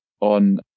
on